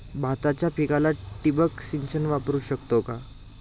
भाताच्या पिकाला ठिबक सिंचन वापरू शकतो का?